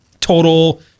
total